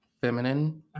feminine